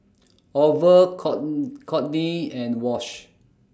Orval Kortney and Wash